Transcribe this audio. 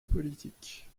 politique